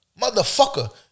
Motherfucker